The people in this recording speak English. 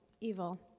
evil